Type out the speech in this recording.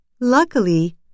Luckily